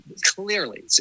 clearly